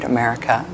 America